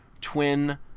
twin